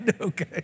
Okay